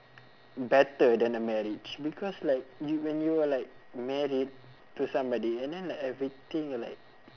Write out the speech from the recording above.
better than a marriage because like you when you are like married to somebody and then like everything uh like